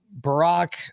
Barack